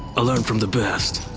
ah learned from the best.